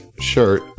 shirt